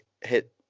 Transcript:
hit